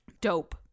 dope